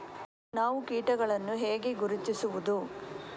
ನಾವು ಕೀಟಗಳನ್ನು ಹೇಗೆ ಗುರುತಿಸುವುದು?